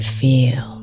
feel